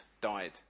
died